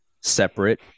separate